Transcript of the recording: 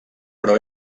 però